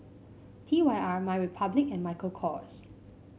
T Y R MyRepublic and Michael Kors